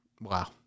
Wow